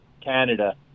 Canada